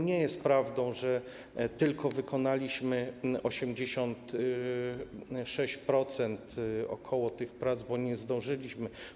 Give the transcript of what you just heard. Nie jest prawdą, że tylko wykonaliśmy ok. 86% tych prac, bo nie zdążyliśmy.